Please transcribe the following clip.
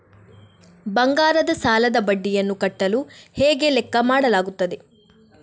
ಬಂಗಾರದ ಸಾಲದ ಬಡ್ಡಿಯನ್ನು ಕಟ್ಟಲು ಹೇಗೆ ಲೆಕ್ಕ ಮಾಡಲಾಗುತ್ತದೆ?